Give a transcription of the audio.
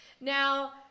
Now